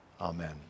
Amen